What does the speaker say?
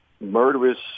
murderous